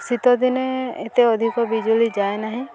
ଶୀତଦିନେ ଏତେ ଅଧିକ ବିଜୁଳି ଯାଏ ନାହିଁ